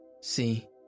see